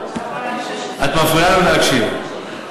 את מפריעה לו להקשיב,